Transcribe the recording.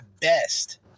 best